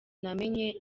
namenye